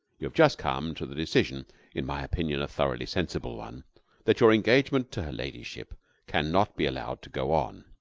you have just come to the decision in my opinion a thoroughly sensible one that your engagement to her ladyship can not be allowed to go on.